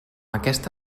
aquesta